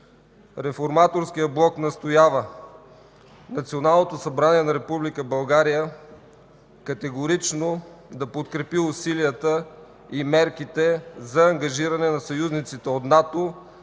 Реформаторският блок настоява Националното събрание на Република България категорично да подкрепи усилията и мерките за ангажиране на съюзниците от НАТО,